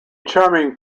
charming